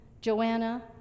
Joanna